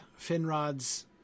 Finrod's